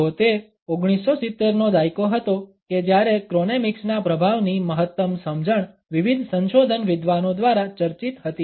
તો તે 1970નો દાયકો હતો કે જ્યારે ક્રોનેમિક્સના પ્રભાવની મહત્તમ સમજણ વિવિધ સંશોધન વિદ્વાનો દ્વારા ચર્ચિત હતી